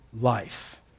life